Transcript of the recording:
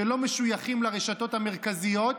שלא משויכים לרשתות המרכזיות,